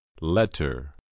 Letter